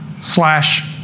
slash